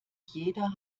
jeder